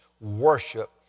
worship